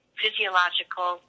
physiological